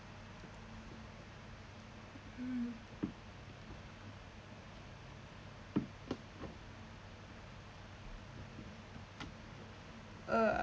mm uh